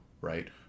right